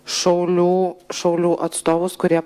šaulių šaulių atstovus kurie